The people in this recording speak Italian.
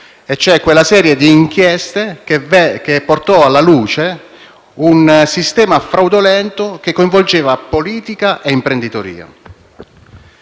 cioè quella serie di inchieste che portò alla luce un sistema fraudolento che coinvolgeva politica e imprenditoria.